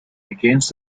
against